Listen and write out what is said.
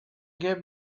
give